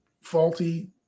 faulty